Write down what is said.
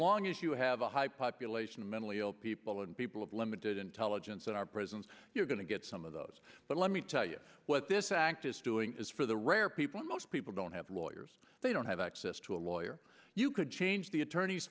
long as you have a high population of mentally ill people and people of limited intelligence in our prisons you're going to get some of those but let me tell you what this act is doing is for the rare people most people don't have lawyers they don't have access to a lawyer you could change the attorney